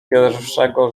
pierwszego